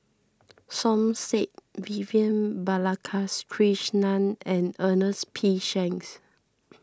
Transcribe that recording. Som Said Vivian Balakrishnan and Ernest P Shanks